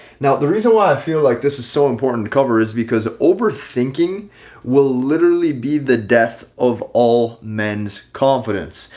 now, the reason why i feel like this is so important to cover is because overthinking will literally be the death of all men's confidence.